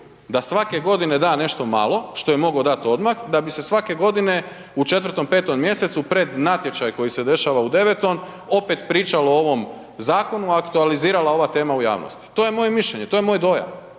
da svake godine da nešto malo, što je mogao dat odmah, da bi se svake godine u 4., 5. mjesecu pred natječaj koji se dešava u 9. opet pričalo o ovom zakonu, aktualizirala ova tema u javnosti. To je moje mišljenje, to je moj dojam.